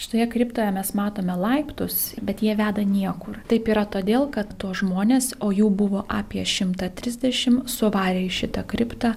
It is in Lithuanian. šitoje kriptoje mes matome laiptus bet jie veda niekur taip yra todėl kad tuos žmones o jų buvo apie šimtą trisdešimt suvarė į šitą kriptą